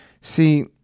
See